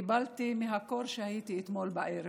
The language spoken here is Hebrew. קיבלתי אותו מהקור כשהייתי שם אתמול בערב.